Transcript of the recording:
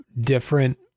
different